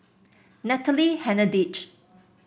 Natalie Hennedige